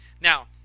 Now